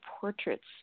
portraits